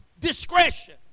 discretion